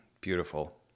Beautiful